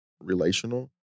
relational